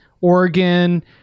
Oregon